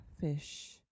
fish